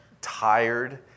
tired